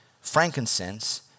frankincense